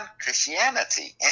Christianity